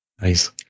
Nice